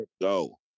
go